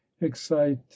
excite